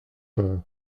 peur